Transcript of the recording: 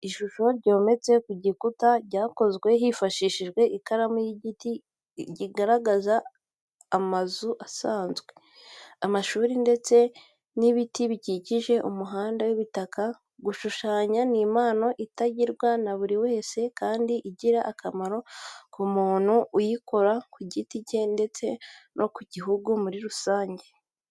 Ishusho yometse ku gikuta yakozwe hifashishijwe ikaramu y'igiti igaragaza amazu asanzwe, amashuri ndetse n'ibiti bikikije umuhanda w'ibitaka. Gushushanya ni impano itagirwa na buri wese, kandi igira akamaro ku muntu uyikora ku giti cye ndetse no ku gihugu muri rusange.